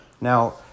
Now